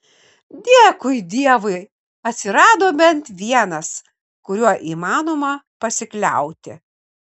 dėkui dievui atsirado bent vienas kuriuo įmanoma pasikliauti